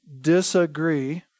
disagree